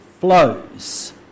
flows